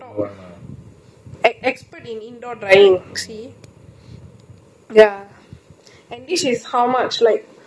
ya I I really don't know maybe we should look at samsung washing machine's manual to check how that goes